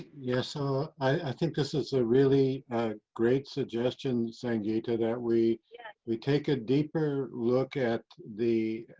so this is a really great suggestion sangeeta that we yeah we take a deeper look at the